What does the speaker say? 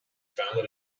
founded